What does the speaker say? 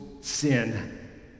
sin